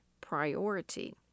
priority